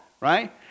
right